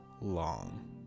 long